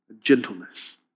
Gentleness